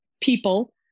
people